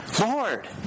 Lord